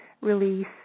release